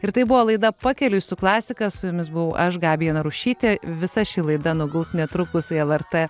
ir tai buvo laida pakeliui su klasika su jumis buvau aš gabija narušytė visa ši laida nuguls netrukus į lrt